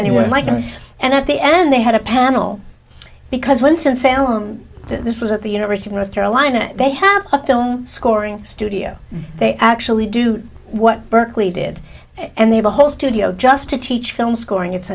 them and at the end they had a panel because winston salem this was at the university of north carolina they have a film scoring studio they actually do what berkeley did and they have a whole studio just to teach film scoring it's